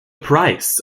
price